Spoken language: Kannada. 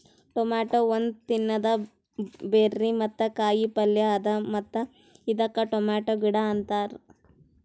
ಟೊಮೇಟೊ ಒಂದ್ ತಿನ್ನದ ಬೆರ್ರಿ ಮತ್ತ ಕಾಯಿ ಪಲ್ಯ ಅದಾ ಮತ್ತ ಇದಕ್ ಟೊಮೇಟೊ ಗಿಡ ಅಂತಾರ್